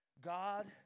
God